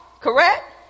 Correct